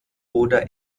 oder